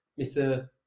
mr